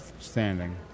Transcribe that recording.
standing